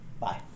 Bye